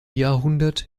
jahrhundert